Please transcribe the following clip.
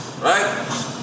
right